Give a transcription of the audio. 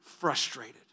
frustrated